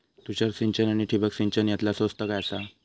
तुषार सिंचन आनी ठिबक सिंचन यातला स्वस्त काय आसा?